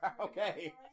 Okay